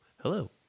hello